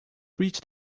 reached